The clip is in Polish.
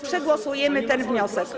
Przegłosujemy ten wniosek.